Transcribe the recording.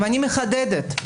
ואני מחדדת.